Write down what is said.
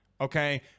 okay